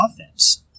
offense